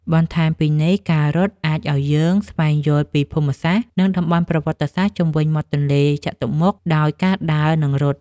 បន្ថែមពីនេះការរត់អាចឲ្យយើងស្វែងយល់ពីភូមិសាស្ត្រ និងតំបន់ប្រវត្តិសាស្ត្រជុំវិញមាត់ទន្លេចតុមុខដោយការដើរ និងរត់។